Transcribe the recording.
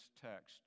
text